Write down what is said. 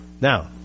now